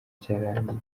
cyarangiye